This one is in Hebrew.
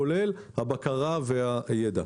כולל הבקרה והידע.